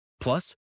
Plus